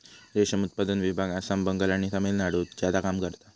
रेशम उत्पादन विभाग आसाम, बंगाल आणि तामिळनाडुत ज्यादा काम करता